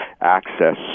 access